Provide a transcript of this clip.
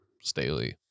Staley